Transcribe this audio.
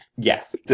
Yes